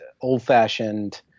old-fashioned